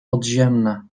podziemne